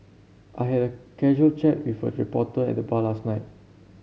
I had a casual chat with a reporter at the bar last night